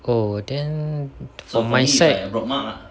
oh then for my side